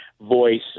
voice